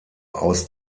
aus